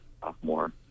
sophomore